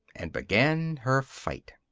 and began her fight.